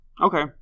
Okay